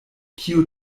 kiu